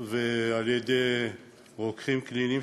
ועל-ידי רוקחים קליניים,